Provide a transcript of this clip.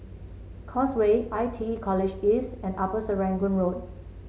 Causeway I T E College East and Upper Serangoon Road